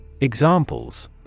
Examples